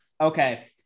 Okay